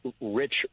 rich